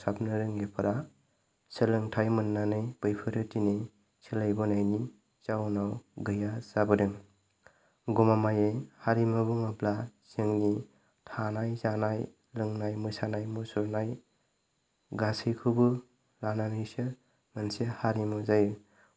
धोरोम फोसाबनो रोङिफोरा सोलोंथाइ मोननानै बैफोरा दिनै सोलायबोनायनि जाउनाव गैया जाबोदों गमामायै हारिमु होनोब्ला जोंनि थानाय जानाय लोंनाय मोसानाय मुसुरनाय गासैखौबो लानानैसो मोनसे हारिमु जायो